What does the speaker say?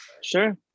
Sure